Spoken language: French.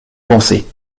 pensée